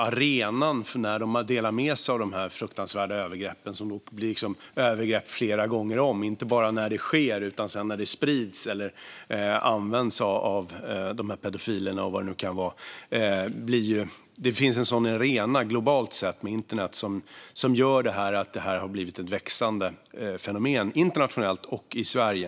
Arenan när man delar med sig av dessa fruktansvärda övergrepp innebär att det blir övergrepp flera gånger om - inte bara när övergreppet sker utan också när det sedan sprids eller används av dessa pedofiler eller vad det nu kan vara. Det finns en arena globalt sett - med internet - som gör att detta har blivit ett växande fenomen internationellt och i Sverige.